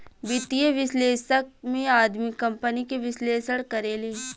वित्तीय विश्लेषक में आदमी कंपनी के विश्लेषण करेले